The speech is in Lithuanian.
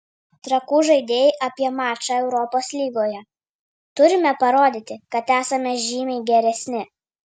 trakų žaidėjai apie mačą europos lygoje turime parodyti kad esame žymiai geresni